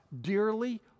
dearly